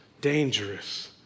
dangerous